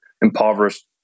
impoverished